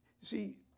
See